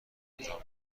انجام